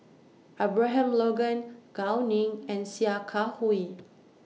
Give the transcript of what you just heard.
Abraham Logan Gao Ning and Sia Kah Hui